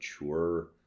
mature